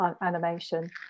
Animation